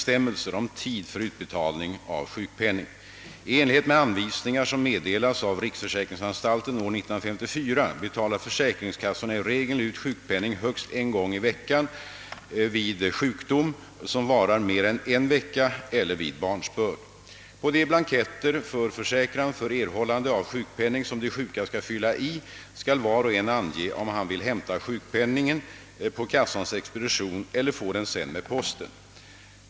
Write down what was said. talar försäkringskassorna i regel ut sjukpenning högst en gång i veckan vid sjukdom, som varar mer än en vecka, eller vid barnsbörd. På de blanketter för försäkran för erhållande av sjukpenning, som de sjäka skall fylla i, skall var och en ange om han vill hämta sjukpenningen på kassans expedition eller få den sänd med posten.